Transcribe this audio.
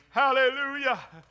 hallelujah